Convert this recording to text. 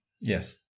Yes